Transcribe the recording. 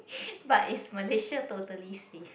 but is Malaysia totally safe